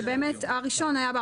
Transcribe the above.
פסק הדין הראשון ניתן,